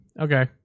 okay